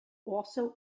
also